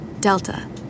Delta